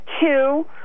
two